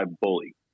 Bully